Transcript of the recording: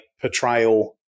portrayal